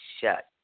shut